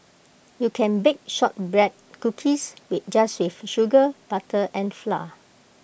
you can bake Shortbread Cookies we just with sugar butter and flour